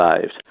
saved